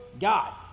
God